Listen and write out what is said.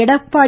Edappadi